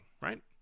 right